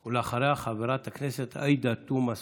אחריה, חברת הכנסת עאידה תומא סלימאן,